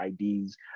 IDs